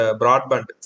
broadband